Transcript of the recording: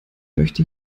möchte